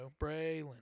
Braylon